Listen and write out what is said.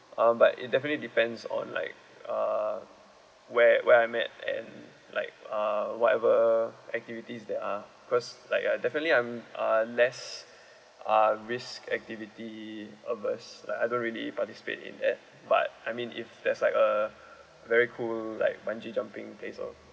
uh but it definitely depends on like uh where where I am and like uh whatever activities that are because like uh definitely I'm a less um risk activity person uh I don't really participate in that but I mean if there's like a very cool like bungee jumping place or